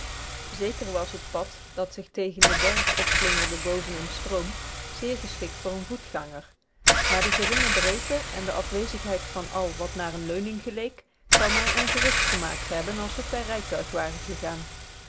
zeker was het pad dat zich tegen den berg opslingerde boven eenen stroom zeer geschikt voor een voetganger maar de geringe breedte en de afwezigheid van al wat naar een leuning geleek zou mij ongerust hebben gemaakt als we per rijtuig waren gegaan